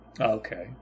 Okay